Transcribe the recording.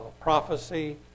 prophecy